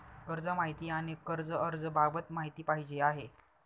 कर्ज माहिती आणि कर्ज अर्ज बाबत माहिती पाहिजे आहे